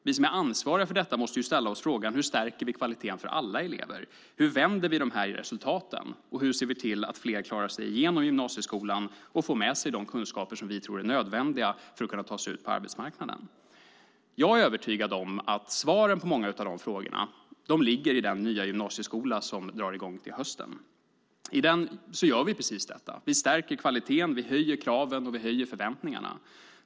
Vi som är ansvariga för detta måste ställa oss frågan: Hur stärker vi kvaliteten för alla elever? Hur vänder vi dessa resultat? Hur ser vi till att fler klarar sig igenom gymnasieskolan och får med sig de kunskaper som vi tror är nödvändiga för att kunna ta sig ut på arbetsmarknaden? Jag är övertygad om att svaren på många av de frågorna ligger i den nya gymnasieskola som drar i gång till hösten. I den gör vi precis detta. Vi stärker kvaliteten, vi höjer kraven och vi höjer förväntningarna.